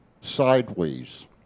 sideways